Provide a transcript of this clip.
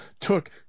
took